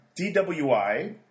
DWI